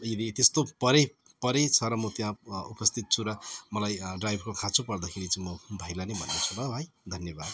यदि त्यस्तो परे परेछ र म त्यहाँ उपस्थित छु मलाई ड्राइभको खाँचो पर्दाखेरि चाहिँ म भाइलाई नै भन्नेछु ल भाइ धन्यवाद